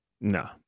no